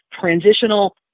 transitional